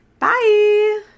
Bye